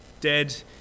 Dead